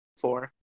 Four